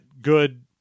good